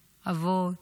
אבות,